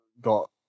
got